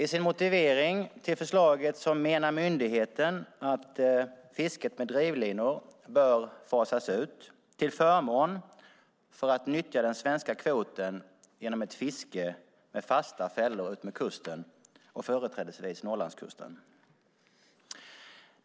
I sin motivering till förslaget menar myndigheten att fisket med drivlinor bör fasas ut till förmån för att nyttja den svenska kvoten genom ett fiske med fasta fällor utmed kusten och företrädesvis Norrlandskusten.